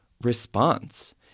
response